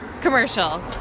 commercial